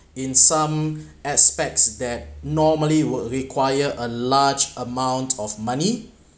in some aspects that normally would require a large amount of money